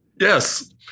Yes